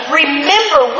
remember